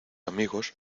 amigos